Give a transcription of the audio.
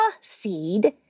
seed